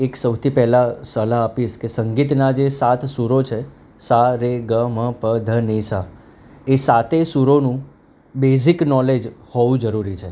એક સૌથી પહેલા સલાહ આપીશ કે સંગીતના જે સાત સૂરો છે સા રે ગ મ પ ધ નિ સા એ સાતે સુરોનું બેઝિક નોલેજ હોવું જરૂરી છે